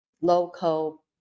local